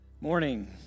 Morning